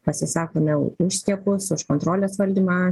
pasisako na už skiepus už kontrolės valdymą